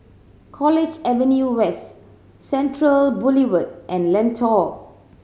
College Avenue West Central Boulevard and Lentor